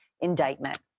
indictment